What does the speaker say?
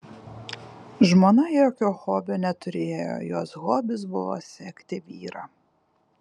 žmona jokio hobio neturėjo jos hobis buvo sekti vyrą